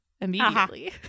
immediately